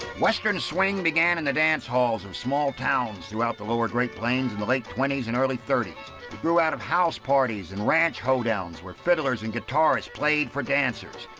western swing began in the dance halls of small towns throughout the lower great plains in the late twenty s and early thirty s. it grew out of house parties and ranch hoedowns where fiddlers and guitarists played for dancers.